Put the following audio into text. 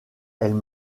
elle